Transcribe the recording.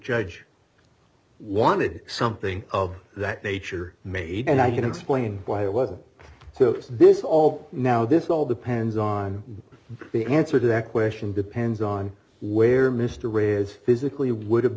judge wanted something of that nature made and i can explain why it was so this all now this d all depends on the answer to that question depends on where mr ridge is physically would have